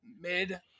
mid